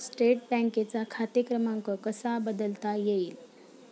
State बँकेचा खाते क्रमांक कसा बदलता येईल?